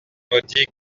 maudits